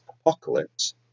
Apocalypse